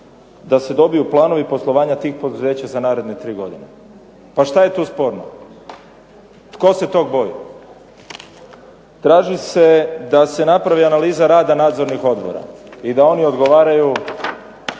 da se dobiju planovi poslovanja tih poduzeća za naredne tri godine. Pa što je tu sporno? Tko se tu boji? Traži se da se napravi analiza rada nadzornih odbora i da oni odgovaraju